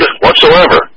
whatsoever